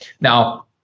Now